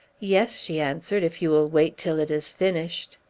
yes, she answered, if you will wait till it is finished.